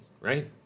right